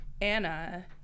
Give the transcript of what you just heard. Anna